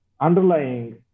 underlying